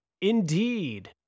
Indeed